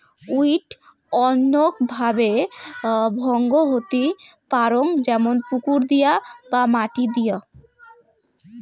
weed অনৈক ভাবে ভঙ্গ হতি পারং যেমন পুকুর দিয় বা মাটি দিয়